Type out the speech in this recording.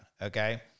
Okay